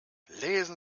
lesen